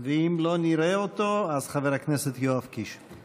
ואם לא נראה אותו, אז חבר הכנסת יואב קיש.